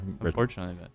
Unfortunately